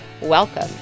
Welcome